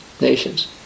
nations